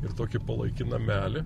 ir tokį palaikį namelį